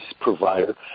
provider